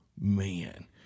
man